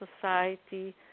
society